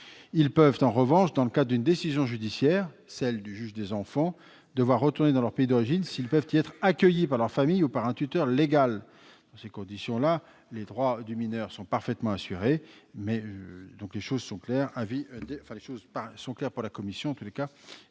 Il se peut, en revanche, dans le cadre d'une décision judiciaire, celle du juge des enfants, qu'ils soient obligés de retourner dans leur pays d'origine s'ils peuvent y être accueillis par leur famille ou un tuteur légal. Dans ces conditions, les droits du mineur sont parfaitement assurés. Les choses sont claires pour la commission, qui a